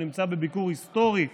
שהוא נמצא בביקור היסטורי